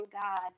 God